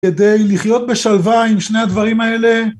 כדי לחיות בשלווה עם שני הדברים האלה.